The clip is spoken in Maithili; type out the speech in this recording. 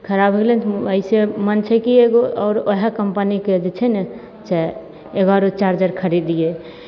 खराब होइ गेलय ने तऽ ऐसे मन छै की एगो आओर वएह कंपनीके जे छै ने से एगो औरो चार्जर खरीदियै